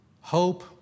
hope